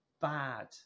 bad